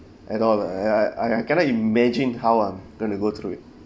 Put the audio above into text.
at all leh I I cannot imagine how I'm going to go through it